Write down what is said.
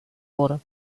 wurde